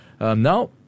Now